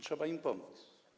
Trzeba im pomóc.